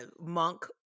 Monk